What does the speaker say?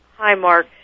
HiMark